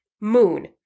moon